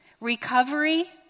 Recovery